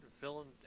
Villain